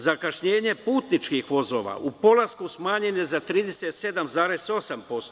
Zakašnjenje putničkih vozova u polasku smanjeno je za 37,8%